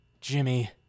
Jimmy